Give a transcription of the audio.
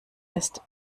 ist